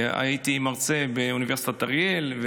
הייתי מרצה באוניברסיטת אריאל.